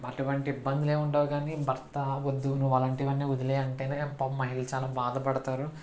అటువంటి ఇబ్బందులేమి ఉండవు కానీ భర్త వద్దు నువ్వు అలాంటివన్నీ వదిలేయి అంటేనే పాపం మహిళలు చాలా బాధపడతారు